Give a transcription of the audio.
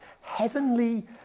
heavenly